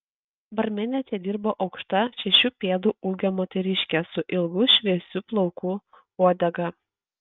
barmene čia dirbo aukšta šešių pėdų ūgio moteriškė su ilgų šviesių plaukų uodega